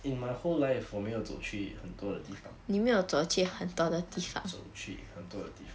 in my whole life 我没有走去很多的地方走去很多的地方